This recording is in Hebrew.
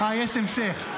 יש המשך.